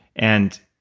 and,